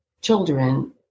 children